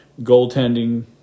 goaltending